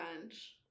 bunch